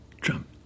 Trump